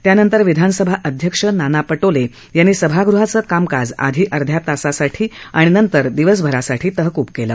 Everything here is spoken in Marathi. त्यानंतर विधानसभा अध्यक्ष नाना पटोले सभागृहाचं कामकाज आधी अध्या तासासाठी तहकूब आणि नंतर दिवसभरासाठी तहकूब केलं